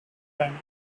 time